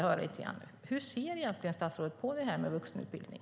Hur ser egentligen statsrådet på det här med vuxenutbildning?